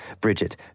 Bridget